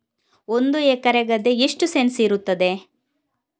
ಒಂದು ಎಕರೆ ಗದ್ದೆ ಎಷ್ಟು ಸೆಂಟ್ಸ್ ಇರುತ್ತದೆ?